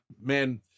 man